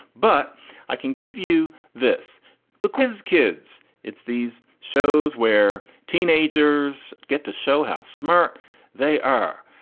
but i can give you this because kids, it's these shows where teenagers get to show how smart they are.